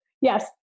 Yes